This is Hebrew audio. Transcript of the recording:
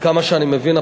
עד כמה שאני מבין,